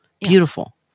Beautiful